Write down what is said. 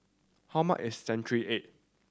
how much is century egg